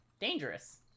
dangerous